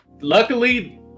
Luckily